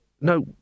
no